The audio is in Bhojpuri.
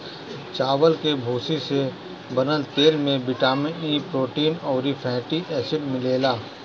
चावल के भूसी से बनल तेल में बिटामिन इ, प्रोटीन अउरी फैटी एसिड मिलेला